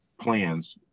plans